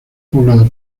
poblado